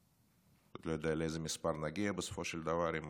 אני רק לא יודע לאיזה מספר נגיע בסופו של דבר עם